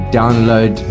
download